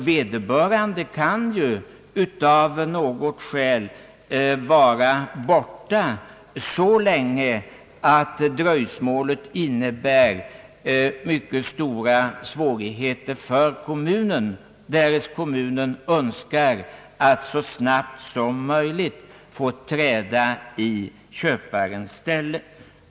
Vederbörande kan av något skäl vara borta så länge, att dröjsmålet innebär mycket stora svårigheter för kommunen, därest kommunen Önskar att så snabbt som möjligt få träda i köparens ställe.